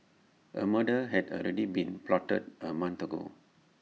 A murder had already been plotted A month ago